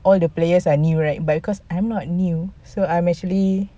all the players are new right but because I'm not new so I'm actually